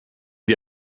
dir